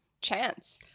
Chance